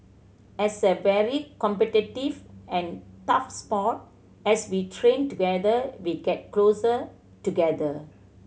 as a very competitive and tough sport as we train together we get closer together